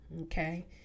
okay